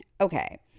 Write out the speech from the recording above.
Okay